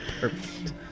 Perfect